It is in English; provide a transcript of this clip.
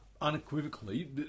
unequivocally